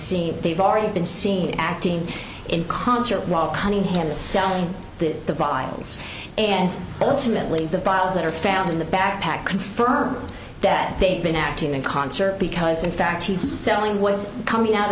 seen they've already been seen acting in concert while cunningham is selling the vials and ultimately the files that are found in the backpack confirm that they've been acting in concert because in fact he's selling what is coming out